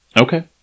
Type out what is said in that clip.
okay